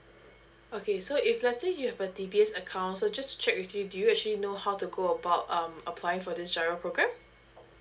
okay so if let's say you have a D_B_S account so just to check with you do you actually know how to go about um applying for this GIRO program